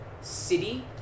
city